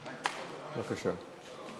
בבקשה.